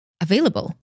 available